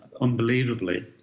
unbelievably